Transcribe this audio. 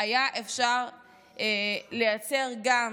היה אפשר לייצר גם